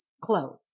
clothes